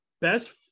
best